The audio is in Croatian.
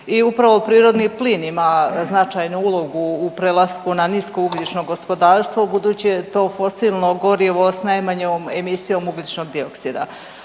i upravo prirodni plin ima značajnu ulogu u prelasku na nisko ugljično gospodarstvo budući je to fosilno gorivo s najmanjom emisijom ugljičnog dioksida.